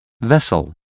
vessel